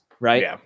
Right